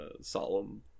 solemn